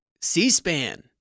C-SPAN